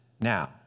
Now